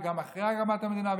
וגם אחרי הקמת המדינה,